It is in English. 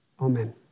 Amen